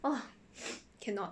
!wah! cannot